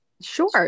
Sure